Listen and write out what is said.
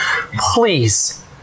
please